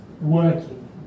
working